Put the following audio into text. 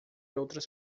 outras